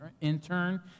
intern